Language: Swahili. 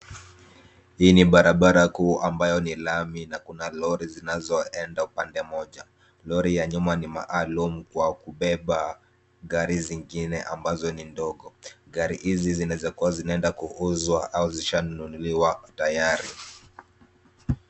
Hii ni barabara kuu ambayo ni lami na kuna lori zinazoenda upande mmoja. Lori ya nyuma ni maalum kwa kubeba gari zingine ambazo ni ndogo. Gari hizi zinaweza kuwa zinaenda kuuzwa au zishanunuliwa tayari.